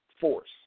force